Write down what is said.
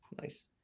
nice